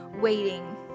waiting